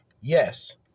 yes